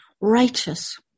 righteous